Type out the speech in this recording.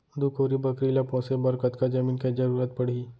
दू कोरी बकरी ला पोसे बर कतका जमीन के जरूरत पढही?